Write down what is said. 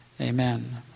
Amen